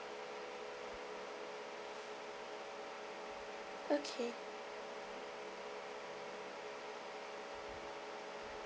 okay